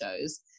shows